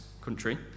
country